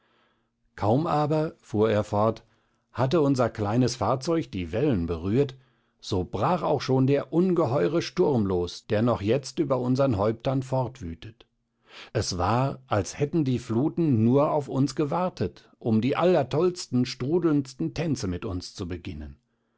kaum aber fuhr er fort hatte unser kleines fahrzeug die wellen berührt so brach auch schon der ungeheure sturm los der noch jetzt über unsern häuptern fortwütet es war als hätten die fluten nur auf uns gewartet um die allertollsten strudelndsten tänze mit uns zu beginnen